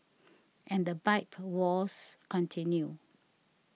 and the bike wars continue